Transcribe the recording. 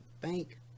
bank